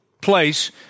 place